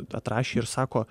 atrašė ir sako